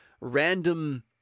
random